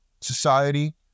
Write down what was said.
society